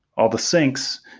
all the syncs,